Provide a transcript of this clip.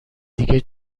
دیگه